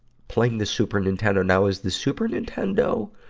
playing the super nintendo. now is the super nintendo,